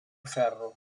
ferro